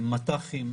מט"חים,